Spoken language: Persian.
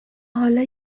حالا